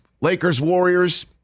Lakers-Warriors